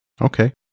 Okay